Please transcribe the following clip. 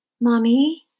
Mommy